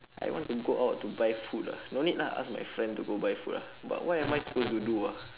I want to go out to buy food ah no need lah go ask my friend to buy food ah but what am I supposed to do ah